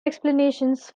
explanations